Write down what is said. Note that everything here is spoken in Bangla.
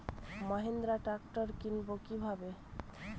মাহিন্দ্রা ট্র্যাক্টর কিনবো কি ভাবে?